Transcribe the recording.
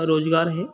रोज़गार है